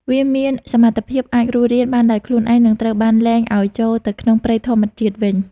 វាមានសមត្ថភាពអាចរស់រានបានដោយខ្លួនឯង និងត្រូវបានលែងឱ្យចូលទៅក្នុងព្រៃធម្មជាតិវិញ។